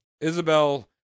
Isabel